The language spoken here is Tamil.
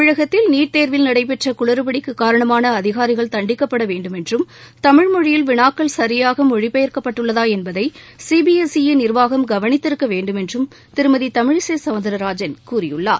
தமிழகத்தில் நீட் தேர்வில் நடைபெற்ற குளறுபடிக்கு காரணமான அதிகாரிகள் தண்டிக்கப்பட வேண்டும் என்றும் தமிழ் மொழியில் விளாக்கள் சரியாக மொழிபெயர்க்கபட்டுள்ளதா என்பதை சிபிஎஸ்இ நிர்வாகம் கவனித்திருக்க வேண்டுமென்றும் திருமதி தமிழிசை சௌந்தரராஜன் கூறியிருக்கிறார்